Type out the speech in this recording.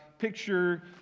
picture